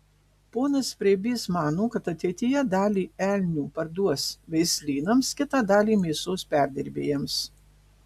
ponas preibys mano kad ateityje dalį elnių parduos veislynams kitą dalį mėsos perdirbėjams